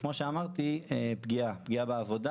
וכמו שאמרתי פגיעה בעבודה